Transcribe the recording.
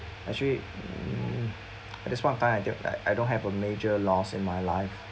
actually um at this point of time I think like I don't have a major loss in my life